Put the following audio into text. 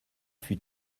fut